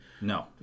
No